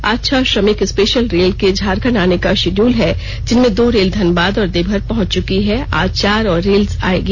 आज छह श्रमिक स्पेषल रेल के झारखंड आने का षिड़यूल है जिनमें दो रेल धनबाद और देवघर पहंच च्की है आज चार और रेल आएगी